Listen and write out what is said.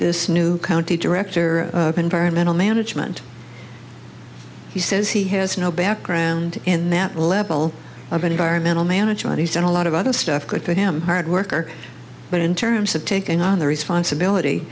this new county director environmental management he says he has no background in that level of an environmental management he's done a lot of other stuff good for him hard worker but in terms of taking on the responsibility